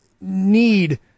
need